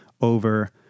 over